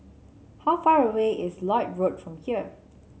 how far away is Lloyd Road from here